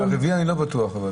הרביעי אני לא בטוח.